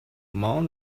among